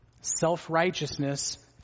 Self-righteousness